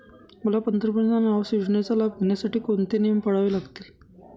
मला पंतप्रधान आवास योजनेचा लाभ घेण्यासाठी कोणते नियम पाळावे लागतील?